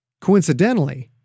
coincidentally